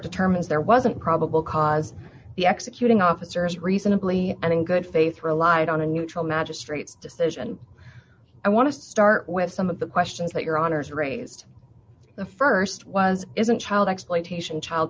determines there wasn't probable cause the executing officers reasonably and in good faith relied on a neutral magistrate's decision and i want to start with some of the questions that your honour's raised the st was isn't child exploitation child